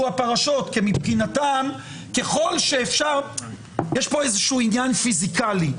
הפרשות כי מבחינתם יש פה עניין פיסיקלי.